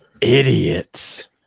idiots